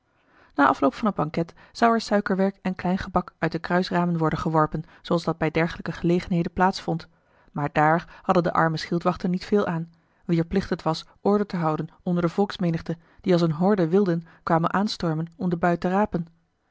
na afloop van het banket zou er suikerwerk en klein gebak uit de kruisramen worden geworpen zooals dat bij dergelijke gelegenheden plaats vond maar daar hadden de arme schildwachten niet veel aan wier plicht het was orde te houden onder de volksmenigte die als eene horde wilden kwam aanstormen om den buit te rapen